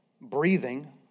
breathing